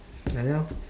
like that lor